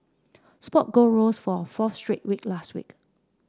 spot gold rose for a fourth straight week last week